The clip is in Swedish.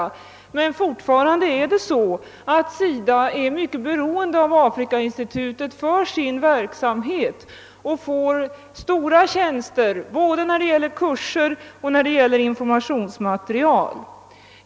Fortfarande är SIDA dock mycket beroende av Nordiska afrikainstitutet för sin verksamhet, och SIDA får stora tjänster både när det gäller kurser och när det gäller informationsmaterial.